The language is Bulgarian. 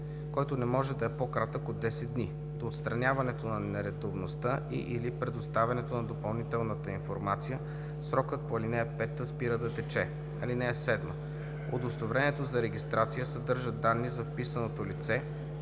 който не може да е по-кратък от 10 дни. До отстраняването на нередовността и/или предоставянето на допълнителната информация срокът по ал. 5 спира да тече. (7) Удостоверението за регистрация съдържа данни за вписаното лице,